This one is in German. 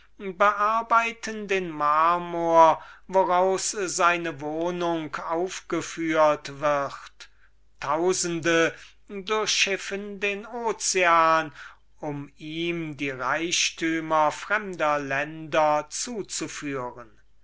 bearbeiten den marmor woraus seine wohnung aufgeführt wird tausende durchschiffen den ozean um ihm die reichtümer fremder länder zuzuführen